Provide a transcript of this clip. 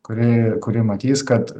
kuri kuri matys kad